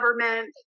government